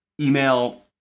Email